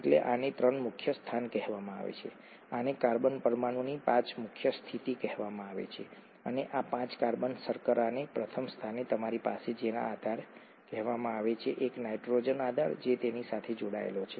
એટલે આને ત્રણ મુખ્ય સ્થાન કહેવામાં આવે છે આને કાર્બન પરમાણુની પાંચ મુખ્ય સ્થિતિ કહેવામાં આવે છે અને આ પાંચ કાર્બન શર્કરાને પ્રથમ સ્થાને તમારી પાસે જેને આધાર કહેવામાં આવે છે એક નાઇટ્રોજન આધાર જે તેની સાથે જોડાયેલો છે